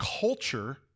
culture